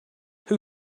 who